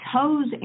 toes